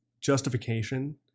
justification